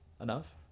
enough